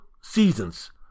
seasons